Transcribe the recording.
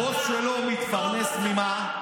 הבוס שלו מתפרנס ממה?